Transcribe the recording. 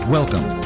Welcome